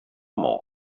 more